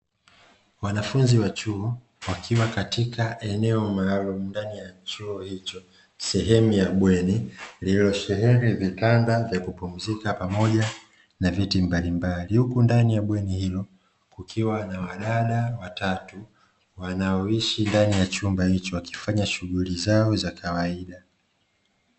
Wanafunzi wa chuo wakiwa katika eneo maalumu la chuo hicho sehemu ya bweni iliyosheheni vitanda vya kupumzika pamoja na viti mbalimbali, huku ndani ya bweni hilo kukiwa na wadada watatu wanaoishi ndani ya chumba hicho wakifanya shughuli zao za kawaida.